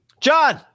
John